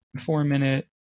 four-minute